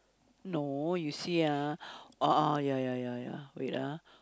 no you see ah orh ya ya ya ya wait ah